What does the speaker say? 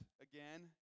again